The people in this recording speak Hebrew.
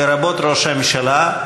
לרבות ראש הממשלה,